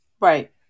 Right